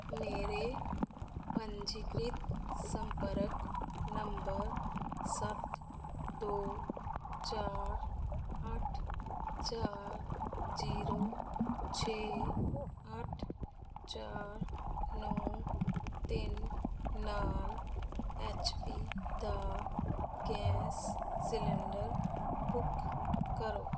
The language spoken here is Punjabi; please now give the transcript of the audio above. ਮੇਰੇ ਪੰਜੀਕ੍ਰਿਤ ਸੰਪਰਕ ਨੰਬਰ ਸੱਤ ਦੋ ਚਾਰ ਅੱਠ ਚਾਰ ਜ਼ੀਰੋ ਛੇ ਅੱਠ ਚਾਰ ਨੌਂ ਤਿੰਨ ਨਾਲ ਐਚ ਪੀ ਦਾ ਗੈਂਸ ਸਿਲੰਡਰ ਬੁੱਕ ਕਰੋ